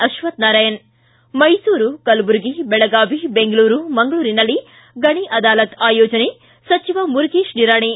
ಅಶ್ವತ್ಥ ನಾರಾಯಣ ಿ ಮೈಸೂರು ಕಲಬುರ್ಗಿ ಬೆಳಗಾವಿ ಬೆಂಗಳೂರು ಮಂಗಳೂರಿನಲ್ಲಿ ಗಣಿ ಅದಾಲತ್ ಆಯೋಜನೆ ಸಚಿವ ಮುರುಗೇಶ್ ನಿರಾಣಿ